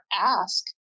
ask